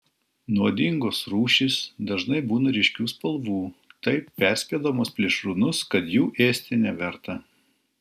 nuodingos rūšys dažnai būna ryškių spalvų taip perspėdamos plėšrūnus kad jų ėsti neverta